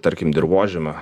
tarkim dirvožemio